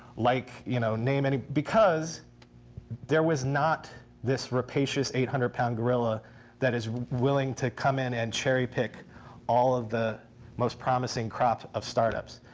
like you know name any. because there was not this rapacious eight hundred pound gorilla that is willing to come in and cherry pick all of the most promising crop of startups.